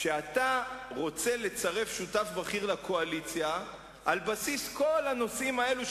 שאתה רוצה לצרף שותף בכיר לקואליציה על בסיס כל הנושאים האלה,